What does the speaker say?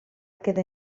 queda